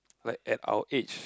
like at our age